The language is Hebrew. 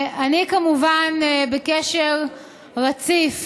אני כמובן בקשר רציף